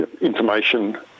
information